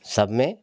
सब में